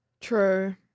true